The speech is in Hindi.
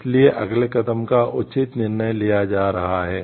इसलिए अगले कदम का उचित निर्णय लिया जा रहा है